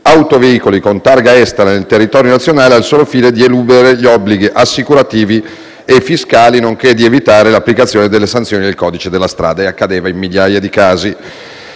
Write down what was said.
autoveicoli con targa estera nel territorio nazionale, al solo fine di eludere gli obblighi assicurativi e fiscali, nonché di evitare l'applicazione delle sanzioni del codice della strada (ciò è accaduto in migliaia di casi).